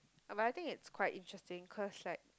but I think it's quite interesting cause like